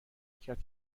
کرد